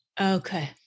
Okay